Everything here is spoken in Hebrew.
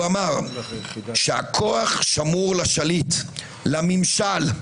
הוא אמר שהכוח שמור לשליט, לממשל.